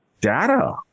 data